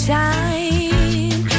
time